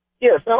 Yes